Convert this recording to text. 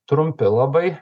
trumpi labai